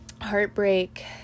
heartbreak